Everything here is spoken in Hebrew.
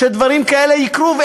שדברים כאלה יקרו,